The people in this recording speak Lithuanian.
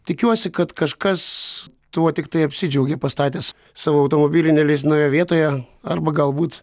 tikiuosi kad kažkas tuo tiktai apsidžiaugė pastatęs savo automobilį neleistinoje vietoje arba galbūt